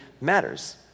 matters